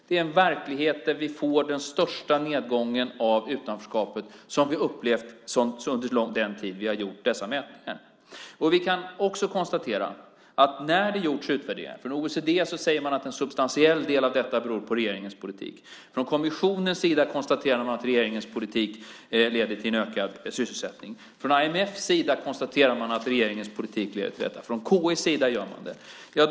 Det är en verklighet där vi får den största nedgången av utanförskapet som vi upplevt under den tid vi har gjort dessa mätningar. Vi kan också konstatera att det har gjorts utvärderingar. Från OECD säger man att en substantiell del av detta beror på regeringens politik. Från kommissionens sida konstaterar man att regeringens politik leder till ökad sysselsättning. Från IMF:s sida konstaterar man att regeringens politik leder till detta, och från KI:s sida gör man det också.